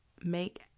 make